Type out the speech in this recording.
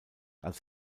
als